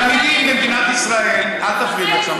לתלמידים במדינת ישראל, אל תפריעי לי עכשיו.